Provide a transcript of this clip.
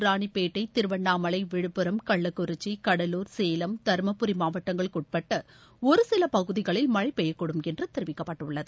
ராணிப்பேட்டை திருவண்ணாமலை விழுப்புரம் கள்ளக்குறிச்சி கடலூர் சேலம் தர்புரி மாவட்டங்களுக்குட்பட்ட ஒருசில பகுதிகளில் மழை பெய்யக்கூடும் என்று தெரிவிக்கப்பட்டுள்ளது